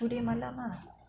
today malam ah